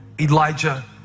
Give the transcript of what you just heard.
Elijah